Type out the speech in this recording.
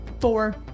Four